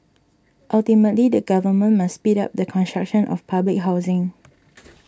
ultimately the government must speed up the construction of public housing